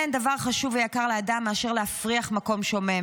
אין דבר חשוב ויקר לאדם מאשר להפריח מקום שומם,